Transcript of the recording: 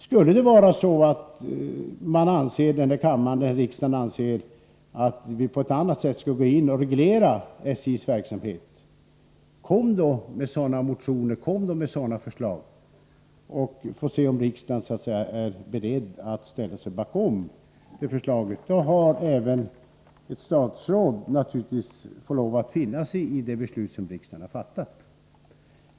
Om någon ledamot av riksdagen skulle anse att vi på ett annat sätt bör reglera SJ:s verksamhet, bör han eller hon väcka en motion om den saken, och vi får då se om riksdagen är beredd att ställa sig bakom ett sådant förslag. Då får naturligtvis också ett statsråd lov att finna sig i riksdagens beslut.